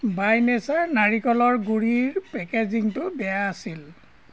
বাই nature নাৰিকলৰ গুড়িৰ পেকেজিঙটো বেয়া আছিল